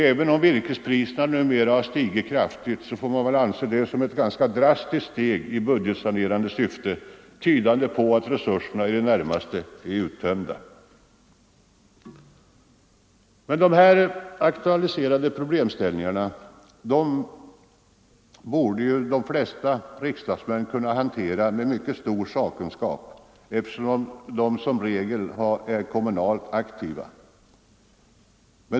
Även om virkespriserna numera har stigit kraftigt, får väl detta anses som ett ganska drastiskt steg i budgetsanerande syfte, tydande på att resurserna i det närmaste är uttömda. De här aktualiserade problemställningarna borde av de flesta riksdagsmännen kunna hanteras med stor sakkunskap, eftersom de som regel även är kommunalt aktiva.